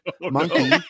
monkey